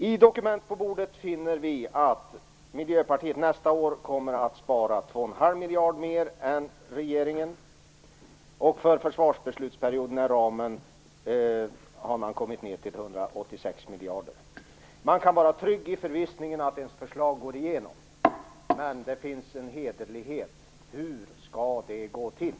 I det dokument som ligger på bordet finner vi att Miljöpartiet nästa år vill spara 2,5 miljarder mer än regeringen, och för försvarsbeslutsperioden har man kommit ned till 186 miljarder. Man kan vara trygg i förvissningen att ens förslag går igenom, men hederligheten bjuder att fråga: Hur skall det gå till?